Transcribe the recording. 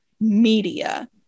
media